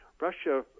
Russia